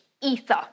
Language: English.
ether